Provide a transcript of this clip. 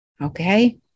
Okay